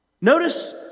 Notice